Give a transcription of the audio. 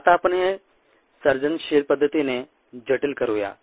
आता आपण हे सर्जनशील पद्धतीने जटिल करूया